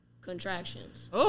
contractions